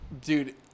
Dude